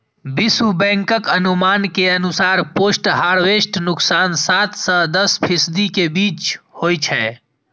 विश्व बैंकक अनुमान के अनुसार पोस्ट हार्वेस्ट नुकसान सात सं दस फीसदी के बीच होइ छै